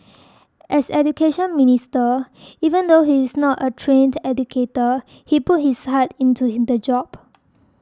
as Education Minister even though he is not a trained educator he put his heart into in the job